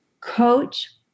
coach